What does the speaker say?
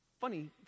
funny